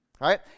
Right